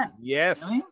Yes